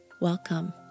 Welcome